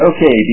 Okay